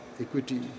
equity